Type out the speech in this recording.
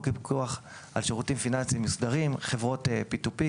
הפיקוח על שירותים פיננסיים מוסדרים; חברות P2P,